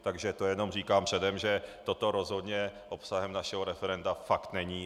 Takže to jenom říkám předem, že toto rozhodně obsahem našeho referenda fakt není.